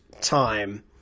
time